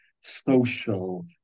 social